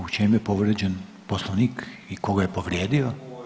U čem je povrijeđen Poslovnik i tko ga je povrijedio?